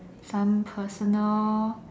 some personal